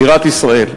בירת ישראל.